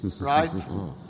right